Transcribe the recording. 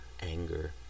anger